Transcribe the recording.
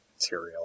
material